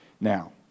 Now